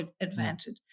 advantage